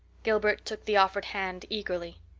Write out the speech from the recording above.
gilbert took the offered hand eagerly.